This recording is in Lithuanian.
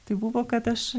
tai buvo kad aš